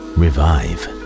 revive